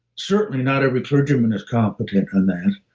certainly, not every clergyman is competent in that.